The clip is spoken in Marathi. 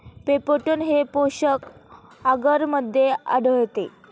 पेप्टोन हे पोषक आगरमध्ये आढळते